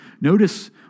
Notice